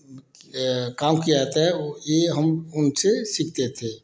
काम किया जाता है यह हम उनसे सीखते थे